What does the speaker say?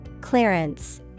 Clearance